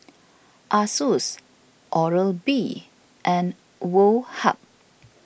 Asus Oral B and Woh Hup